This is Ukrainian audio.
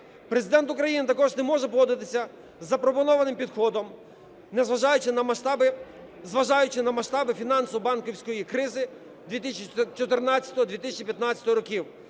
Президент України також не може погодитися із запропонованим підходом, зважаючи на масштаби фінансово-банківської кризи 2014-2015 років,